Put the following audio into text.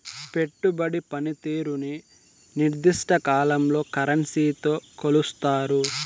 పెట్టుబడి పనితీరుని నిర్దిష్ట కాలంలో కరెన్సీతో కొలుస్తారు